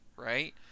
Right